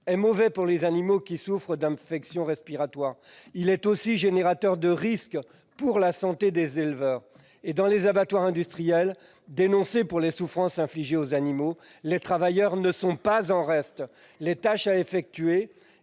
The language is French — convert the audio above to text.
est mauvais pour les animaux, qui souffrent d'infections respiratoires. Il est aussi facteur de risque pour la santé des éleveurs. Dans les abattoirs industriels, dénoncés pour les souffrances infligées aux animaux, les travailleurs ne sont pas en reste. Les tâches à effectuer